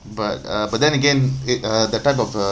but uh but then again it uh that type of uh